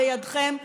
בידכם הדבר.